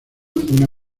una